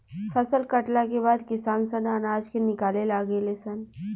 फसल कटला के बाद किसान सन अनाज के निकाले लागे ले सन